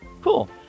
Cool